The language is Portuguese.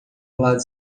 lado